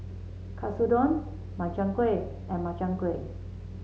Katsudon Makchang Gui and Makchang Gui